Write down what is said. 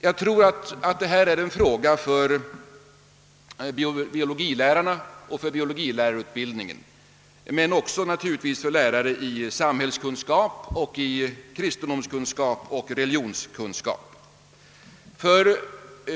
Jag tror att detta är en fråga för biologilärarna och biologilärarutbildningen, men =<: naturligtvis också för lärare i samhällskunskap liksom i kristendomskunskap och religionskunskap.